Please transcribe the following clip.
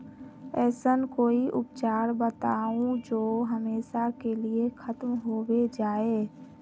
ऐसन कोई उपचार बताऊं जो हमेशा के लिए खत्म होबे जाए?